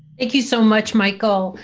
thank you so much michael.